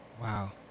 Wow